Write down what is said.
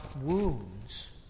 wounds